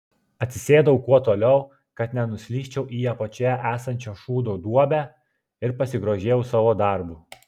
atsisėdau kuo toliau kad nenuslysčiau į apačioje esančią šūdo duobę ir pasigrožėjau savo darbu